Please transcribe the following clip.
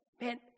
man